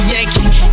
Yankee